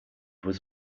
was